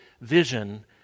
vision